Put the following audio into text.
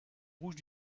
rouge